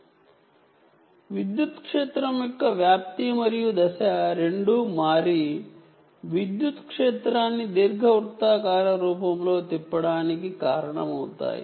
కాబట్టి electric field యొక్క amplitude మరియు ఫేజ్ రెండూ మారి ఎలక్ట్రిక్ ఫీల్డ్ ని ఎలిప్టికల్ రూపంలో తిప్పడానికి కారణమవుతాయి